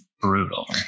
brutal